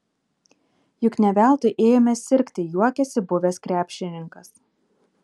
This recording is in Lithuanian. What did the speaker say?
juk ne veltui ėjome sirgti juokėsi buvęs krepšininkas